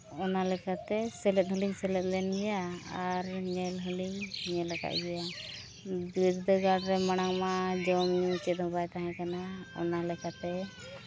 ᱚᱱᱟ ᱞᱮᱠᱟᱛᱮ ᱥᱮᱞᱮᱫ ᱦᱚᱸ ᱞᱤᱧ ᱥᱮᱞᱮᱫ ᱞᱮᱱ ᱜᱮᱭᱟ ᱟᱨ ᱧᱮᱞ ᱦᱚᱸᱞᱤᱧ ᱧᱮᱞ ᱟᱠᱟᱫ ᱜᱮᱭᱟ ᱵᱤᱨᱫᱟᱹᱜᱟᱲ ᱨᱮ ᱢᱟᱲᱟᱝ ᱢᱟ ᱡᱚᱢᱼᱧᱩ ᱪᱮᱫ ᱦᱚᱸ ᱵᱟᱭ ᱛᱟᱦᱮᱸ ᱠᱟᱱᱟ ᱚᱱᱟ ᱞᱮᱠᱟᱛᱮ